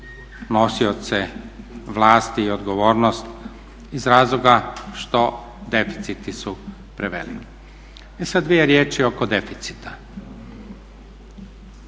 nosioce vlasti i odgovornost iz razloga što deficiti su preveliki. I sad dvije riječi oko deficita.